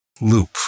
loop